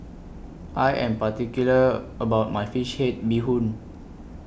I Am particular about My Fish Head Bee Hoon